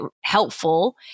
helpful